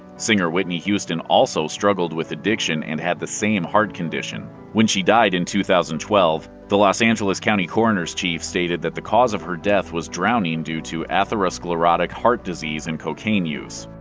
singer whitney houston also struggled with addiction and had the same heart condition. when she died in two thousand and twelve, the los angeles county coroner's chief stated that the cause of her death was drowning due to atherosclerotic heart disease and cocaine use.